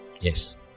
Yes